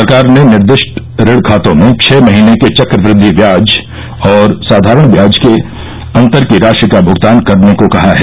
सरकार ने निर्दिष्ट ऋण खातों में छह महीने के चक्रवृद्धि व्याज और साधारण ब्याज के अंतर की राशि का भुगतान करने को कहा है